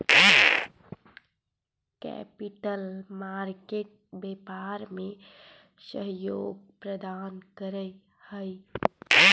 capital market व्यापार में सहयोग प्रदान करऽ हई